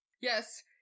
Yes